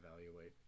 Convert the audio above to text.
evaluate